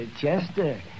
Chester